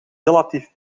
relatief